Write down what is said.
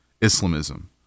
Islamism